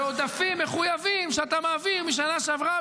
ועודפים מחויבים שאתה מעביר משנה שעברה,